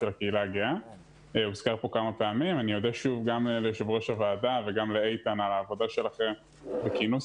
שלפעמים גם לוקים בלהטבופוביה ולפעמים אין להם כוונה רעה,